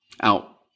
out